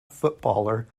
footballer